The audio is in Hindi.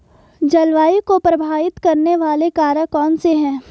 जलवायु को प्रभावित करने वाले कारक कौनसे हैं?